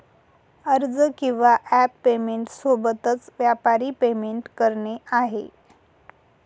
अर्ज किंवा app payment सोबतच, व्यापारी पेमेंट करणे आहे